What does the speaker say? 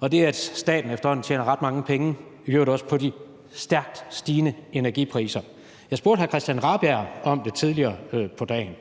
og det, at staten efterhånden tjener ret mange penge i øvrigt også på de stærkt stigende energipriser. Jeg spurgte hr. Christian Rabjerg Madsen om det tidligere på dagen.